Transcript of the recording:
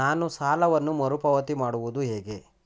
ನಾನು ಸಾಲವನ್ನು ಮರುಪಾವತಿ ಮಾಡುವುದು ಹೇಗೆ?